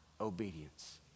obedience